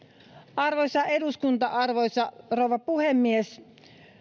arvoisa eduskunta arvoisa rouva puhemies